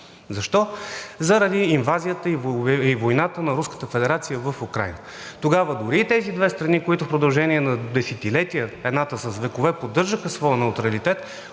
Защо? Заради инвазията и войната на Руската федерация в Украйна. Тогава дори и тези две страни, които в продължение на десетилетия, а едната с векове, поддържаха своя неутралитет,